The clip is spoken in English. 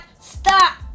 stop